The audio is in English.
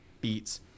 beats